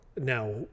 now